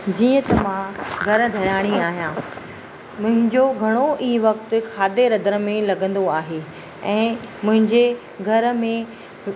जीअं त मां घरु गृहणी आहियां मुंहिंजो घणो ई वक़्ति खाधे रधण में लॻंदो आहे ऐं मुंहिंजे घर में